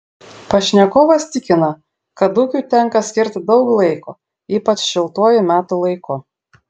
pašnekovas tikina kad ūkiui tenka skirti daug laiko ypač šiltuoju metų laiku